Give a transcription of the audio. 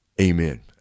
amen